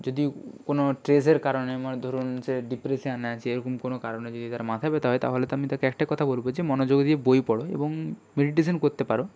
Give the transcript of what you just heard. যদি কোনো স্ট্রেসের কারণে মানে ধরুন সে ডিপ্রেশানে আছে এরকম কোনো কারণে যদি তার মাথা ব্যথা হয় তাহলে তো আমি তাকে একটাই কথা বলব যে মনোযোগ দিয়ে বই পড়ো এবং মেডিটেশান করতে পারো